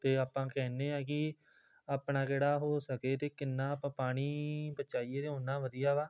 ਅਤੇ ਆਪਾਂ ਕਹਿੰਦੇ ਹਾਂ ਕਿ ਆਪਣਾ ਕਿਹੜਾ ਹੋ ਸਕੇ ਅਤੇ ਕਿੰਨਾ ਆਪਾਂ ਪਾਣੀ ਬਚਾਈਏ ਅਤੇ ਉੱਨਾ ਵਧੀਆ ਵਾ